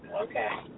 Okay